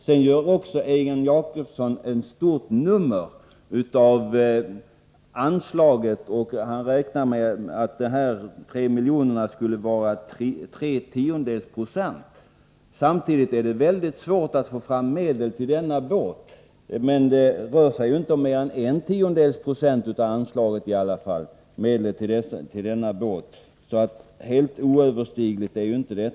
Sedan gör Egon Jacobsson ett stort nummer av anslaget och räknar med att dessa två miljoner skulle utgöra tre tiondels procent. Samtidigt är det mycket svårt att få fram medel till detta bevakningsfartyg, men där rör det sig inte om mer än en tiondels procent av anslaget i alla fall. Det kan inte vara helt oöverkomligt.